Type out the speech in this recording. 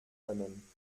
können